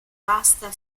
vasta